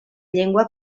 llengua